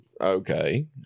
okay